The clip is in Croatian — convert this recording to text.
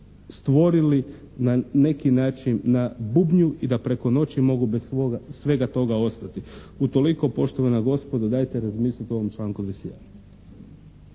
stvorili na neki način na bubnju i da preko noći mogu bez svega toga ostati. Utoliko poštovana gospodo dajte razmislite o ovom članku 21.